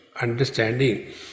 understanding